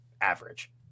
average